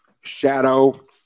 shadow